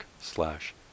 slash